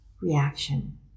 reaction